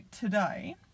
today